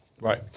Right